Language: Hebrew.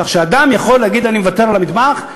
כך אדם יכול להגיד: אני מוותר על המטבח,